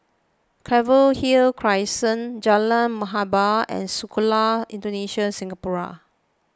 Anchorvale Crescent Jalan Muhibbah and Sekolah Indonesia Singapura